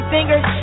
Fingers